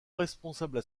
responsables